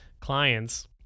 clients